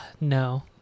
No